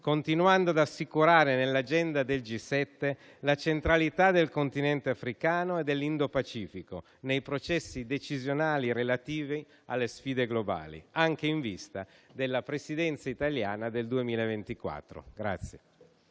continuando ad assicurare nell'agenda del G7 la centralità del continente africano e dell'Indo-Pacifico nei processi decisionali relativi alle sfide globali, anche in vista della Presidenza italiana del 2024.